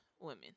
women